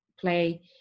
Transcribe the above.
play